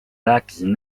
rääkisin